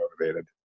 motivated